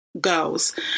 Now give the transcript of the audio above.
girls